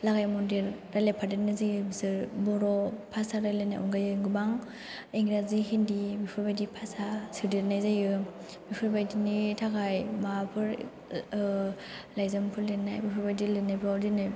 लागाय मोनदेर रायलाय फादेरनाय जायो बिसोर बर' भाषा रायलायनाय अनगायै गोबां इंराजि हिन्दी बेफोर बायदि भाषा सोदेरनाय जायो बेफोर बायदिनि थाखाय माबाफोर लायजामफोर लिरनाय बेफोर बायदि लिरनायफ्राव दिनै